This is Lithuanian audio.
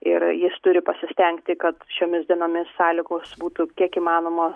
ir jis turi pasistengti kad šiomis dienomis sąlygos būtų kiek įmanoma